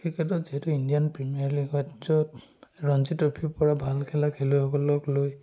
ক্ৰিকেটত যিহেতু Indian Premier League হয় য'ত ৰঞ্জী ট্ৰফিৰ পৰা ভাল খেলা খেলুৱৈসকলক লৈ